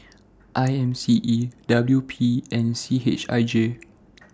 I M C E W P and C H I J